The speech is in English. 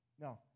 No